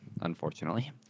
unfortunately